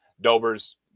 Dober's